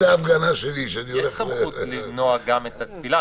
זה ההפגנה שלי שאני הולך --- יש סמכות למנוע גם את התפילה.